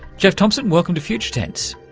jeff thompson, welcome to future tense.